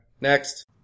Next